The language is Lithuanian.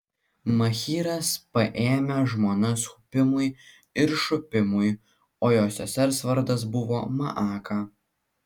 machyras paėmė žmonas hupimui ir šupimui o jo sesers vardas buvo maaka